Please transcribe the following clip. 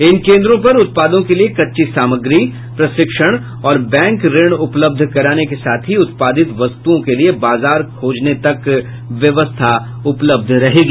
इन केंद्रों पर उत्पादों के लिये कच्ची सामग्री प्रशिक्षण और बैंक ऋण उपलब्ध कराने के साथ ही उत्पादित वस्तुओं के लिये बाजार खोजने तक व्यवस्था उपलब्ध रहेगी